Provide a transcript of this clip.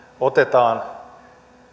otetaan